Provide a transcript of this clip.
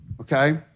okay